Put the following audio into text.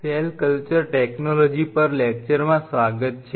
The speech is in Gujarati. સેલ કલ્ચર ટેકનોલોજી પર લેક્ચરમાં સ્વાગત છે